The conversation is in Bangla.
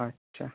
আচ্ছা